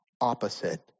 opposite